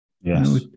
Yes